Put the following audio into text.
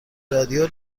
رادیو